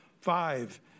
Five